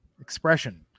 Expression